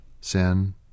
sin